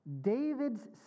David's